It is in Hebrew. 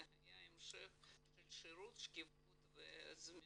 זה היה המשך של שירות שקיפות וזמינות,